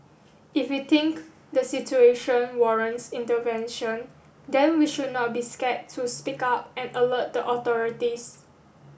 if we think the situation warrants intervention then we should not be scared to speak up and alert the authorities